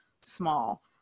small